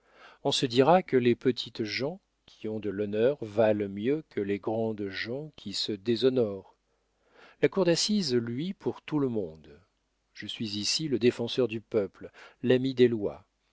on se dira que les petites gens qui ont de l'honneur valent mieux que les grandes gens qui se déshonorent la cour d'assises luit pour tout le monde je suis ici le défenseur du peuple l'ami des lois